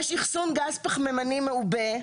יש אחסון גז פחמימני מעובדה.